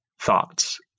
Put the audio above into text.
thoughts